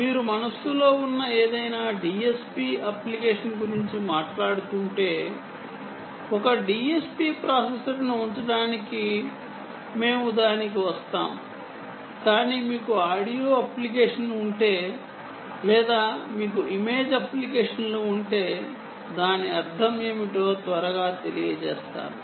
మీరు మనస్సులో ఉన్న ఏదైనా DSP అప్లికేషన్ గురించి మాట్లాడుతుంటే ఒక DSP ప్రాసెసర్ను ఉంచడానికి మేము దానికి వస్తాము కానీ మీకు ఆడియో అప్లికేషన్ ఉంటే లేదా మీకు ఇమేజ్ అప్లికేషన్లు ఉంటే దాని అర్థం ఏమిటో త్వరగా తెలియజేస్తాను